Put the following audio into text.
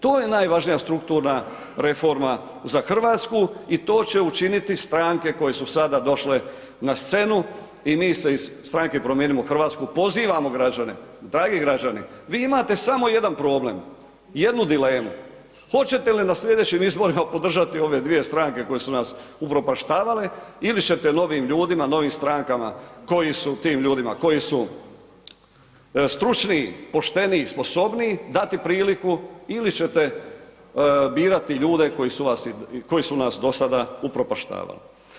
To je najvažnija strukturna reforma za Hrvatsku i to će učiniti stranke koje su sada došle na scenu i mi se iz stranke Promijenimo Hrvatsku pozivamo građane, dragi građani, vi imate samo jedan problem, jednu dilemu, hoćete li na slijedećim izborima podržati ove dvije stranke koje su nas upropaštavale ili ćete novim ljudima, novim strankama koje su, tim ljudima koji su stručniji, pošteniji, sposobniji, dati priliku ili ćete birati ljudi koji su nas dosada upropaštavali.